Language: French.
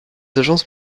agences